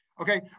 okay